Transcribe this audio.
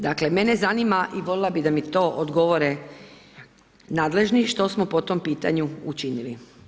Dakle, mene zanima i volila bi da mi to odgovorite, nadležni što smo po tom pitanju učinili.